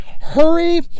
Hurry